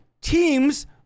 teams